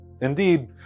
Indeed